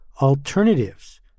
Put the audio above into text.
alternatives